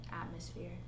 atmosphere